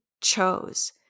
chose